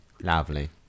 Lovely